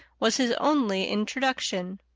was his only introduction.